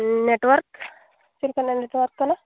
network ᱪᱮᱫ ᱞᱮᱠᱟᱱᱟᱜ network ᱠᱟᱱᱟ